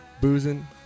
boozing